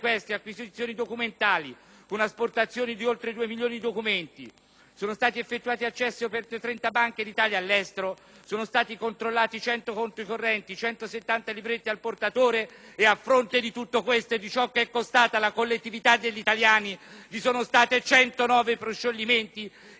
con asportazione di oltre 2 milioni di documenti. Sono stati effettuati accessi in oltre 30 banche in Italia e all'estero, sono stati controllati 100 conti correnti, 170 libretti al portatore e, a fronte di tutto questo e di ciò che è costato alla collettività degli italiani, vi sono stati 109 proscioglimenti e 75 assoluzioni.